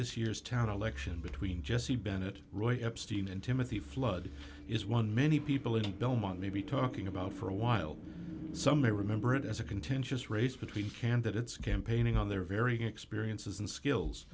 this year's town election between jesse bennett roy up steam and timothy flood is one many people in belmont may be talking about for a while some may remember it as a contentious race between candidates campaigning on their varying experiences and skills